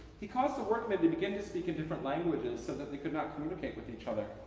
he caught the workmen to begin to speak in different languages so that they could not communicate with each other.